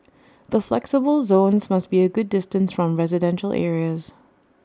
the flexible zones must be A good distance from residential areas